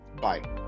Bye